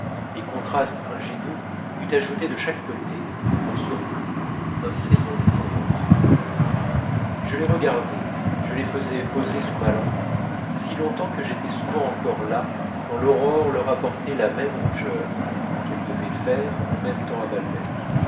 et contraste ingénieux eût ajouté de chaque côté en surplus un seyant bouton rose je les regardais je les faisais poser sous ma lampe si longtemps que j'étais souvent encore là quand l'aurore leur apportait la même rougeur qu'elle devait faire en même temps à balbec